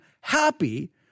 happy